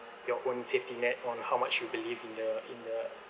your own safety net on how much you believe in the in the